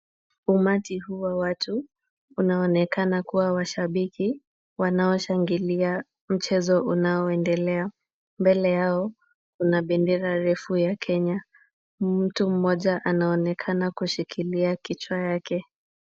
Umati huu wa watu, unaonekana kuwa wa shabiki wanaoshangilia mchezo unao endelea. Mbele yao kuna bendera refu ya Kenya. Mtu mmoja anaonekana kushikilia kichwa yake.